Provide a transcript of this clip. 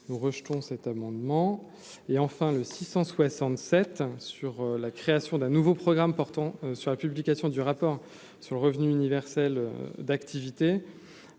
nous rejetons cet amendement et enfin le 667 sur la création d'un nouveau programme portant sur la publication du rapport sur le revenu universel d'activité,